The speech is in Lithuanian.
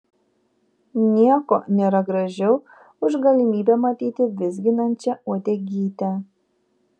nieko nėra gražiau už galimybę matyti vizginančią uodegytę